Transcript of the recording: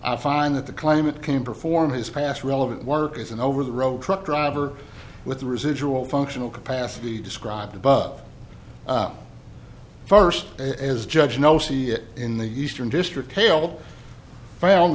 i find that the claim it came perform his past relevant work is an over the road truck driver with the residual functional capacity described above first as judge no see it in the eastern district tale found